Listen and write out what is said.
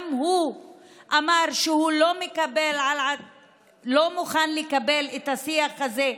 הוא אמר שהוא לא מוכן לקבל את השיח הזה,